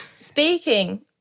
Speaking